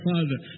Father